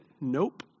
Nope